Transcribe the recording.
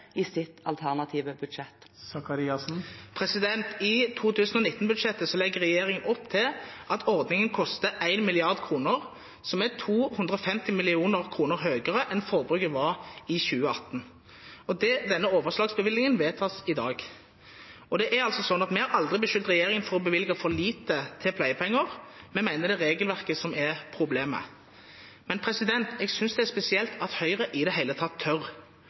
i sitt alternative budsjett? I 2019-budsjettet legger regjeringen opp til at ordningen koster 1 mrd. kr, som er 250 mill. kr høyere enn forbruket var i 2018. Denne overslagsbevilgningen vedtas i dag. Vi har aldri beskyldt regjeringen for å bevilge for lite til pleiepenger. Vi mener det er regelverket som er problemet. Men jeg synes det er spesielt at Høyre i det hele tatt tør,